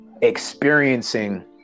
experiencing